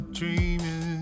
dreaming